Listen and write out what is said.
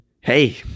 hey